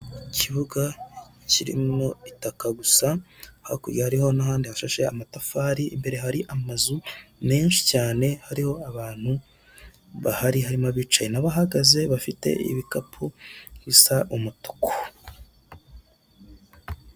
Ikibuga kirimo itaka gusa hakurya hariho n'ahandi hafashe amatafari imbere hari amazu menshi cyane hariho abantu bahari harimo abicaye n'abahagaze bafite ibikapu bisa umutuku.